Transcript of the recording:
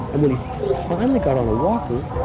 and when he finally got on a walker,